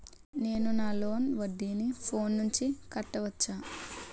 నేను నా లోన్ వడ్డీని ఫోన్ నుంచి కట్టవచ్చా?